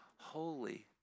holy